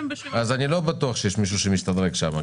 אני לא בטוח שיש מישהו שמשתדרג שם,